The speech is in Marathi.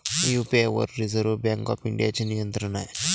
यू.पी.आय वर रिझर्व्ह बँक ऑफ इंडियाचे नियंत्रण आहे